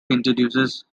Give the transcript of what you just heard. introduces